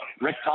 Rick